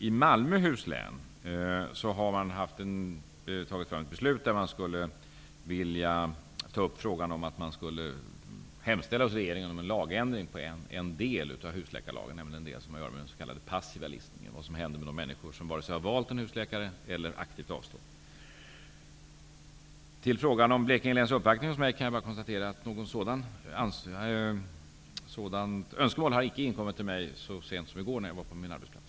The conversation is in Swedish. I Malmöhus län vill man i ett beslut hemställa hos regeringen om en lagändring i en del av husläkarlagen, nämligen det som har att göra med den s.k. passiva listningen, vad som händer med de människor som inte har vare sig valt en husläkare eller aktivt avstått. På frågan om Blekinge läns uppvaktning hos mig, kan jag svara att något sådant önskemål icke hade inkommit till mig så sent som i går när jag var på min arbetsplats.